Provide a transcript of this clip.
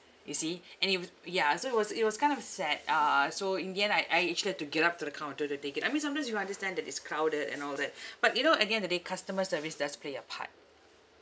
you see and it wa~ ya so it was it was kind of sad uh so in the end I I actually have to get up to the counter to take it I mean sometimes you understand that it's crowded and all that but you know at the end of the day customer service does play a part